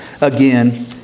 again